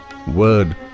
word